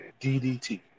DDT